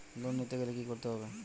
Loan নিতে গেলে কি করতে হবে?